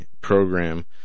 program